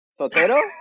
Sotero